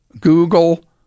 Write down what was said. Google